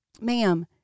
Ma'am